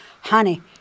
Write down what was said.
honey